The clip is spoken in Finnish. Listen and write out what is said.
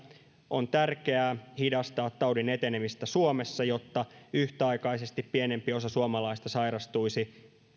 on tärkeää hidastaa taudin etenemistä suomessa jotta yhtäaikaisesti pienempi osa suomalaisista sairastuisi sairaalahoitoa